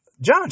John